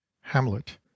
Hamlet